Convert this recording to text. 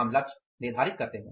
हम लक्ष्य निर्धारित करते हैं